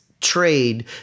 trade